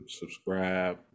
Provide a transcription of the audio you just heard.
subscribe